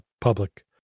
public